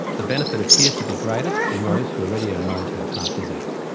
the benefit appears to be greatest in those who already are known to have heart disease.